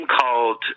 called